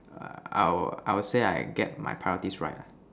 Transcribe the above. err I will say like get my priorities right ah